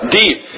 deep